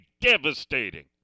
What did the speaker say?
devastating